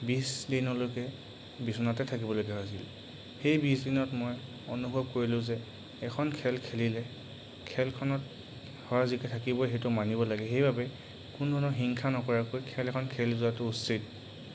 বিছ দিনলৈকে বিছনাতে থাকিবলগীয়া হৈছিল সেই বিছ দিনত মই অনুভৱ কৰিলোঁ যে এখন খেল খেলিলে খেলখনত সৰা জিকা থাকিবই সেইটো মানিব লাগে সেইবাবে কোনো ধৰণৰ হিংসা নকৰাকৈ খেল এখন খেলি যোৱাটো উচিত